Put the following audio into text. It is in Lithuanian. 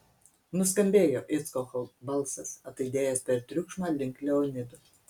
nuskambėjo icchoko balsas ataidėjęs per triukšmą link leonido